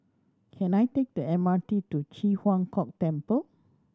can I take the M R T to Ji Huang Kok Temple